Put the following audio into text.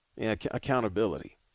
Accountability